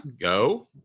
go